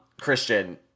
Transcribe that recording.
Christian